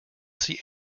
see